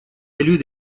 élus